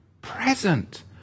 Present